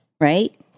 right